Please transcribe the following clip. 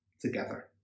together